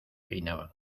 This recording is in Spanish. peinaban